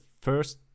first